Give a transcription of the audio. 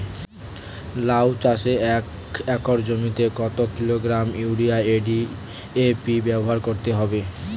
লাউ চাষে এক একর জমিতে কত কিলোগ্রাম ইউরিয়া ও ডি.এ.পি ব্যবহার করতে হবে?